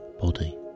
body